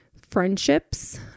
friendships